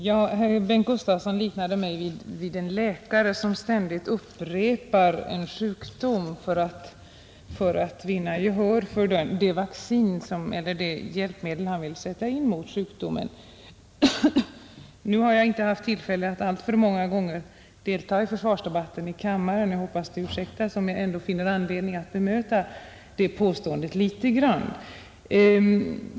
Herr talman! Herr Gustavsson i Eskilstuna liknade mig vid en läkare som ständigt talar om en sjukdom för att vinna gehör för det hjälpmedel han vill sätta in mot sjukdomen. Nu har jag inte haft tillfälle att alltför många gånger delta i försvarsdebatten i kammaren, men jag hoppas att det ursäktas om jag ändå finner anledning att bemöta det påståendet något.